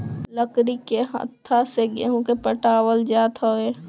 लकड़ी के हत्था से गेंहू के पटावल जात हवे